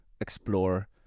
explore